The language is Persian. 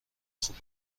خوب